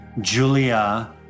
Julia